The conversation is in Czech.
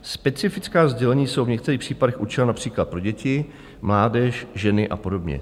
Specifická sdělení jsou v některých případech určena například pro děti, mládež, ženy a podobně.